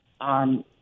on